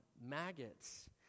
maggots